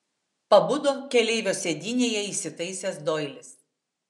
pabudo keleivio sėdynėje įsitaisęs doilis